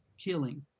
killing